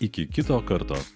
iki kito karto